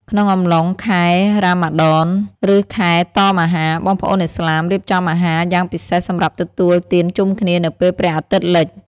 ក្នុងអំឡុងខែរ៉ាម៉ាឌន ឬ ខែតមអាហារ បងប្អូនឥស្លាមរៀបចំអាហារយ៉ាងពិសេសសម្រាប់ទទួលទានជុំគ្នានៅពេលព្រះអាទិត្យលិច។